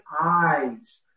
eyes